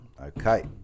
Okay